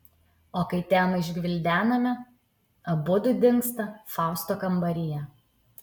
o kai temą išgvildename abudu dingsta fausto kambaryje